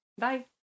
Bye